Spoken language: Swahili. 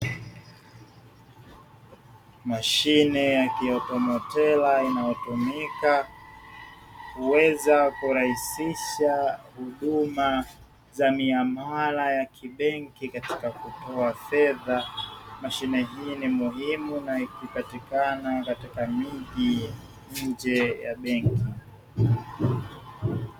Mashine ya kiautomotela inayotumika kuweza kurahisisha huduma za miamala ya kibenki katika kutuma fedha. Mashine hii ni muhimu na ikipatikana katika mji nje ya benki.